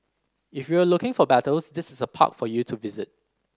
if you're looking for battles this is the park for you to visit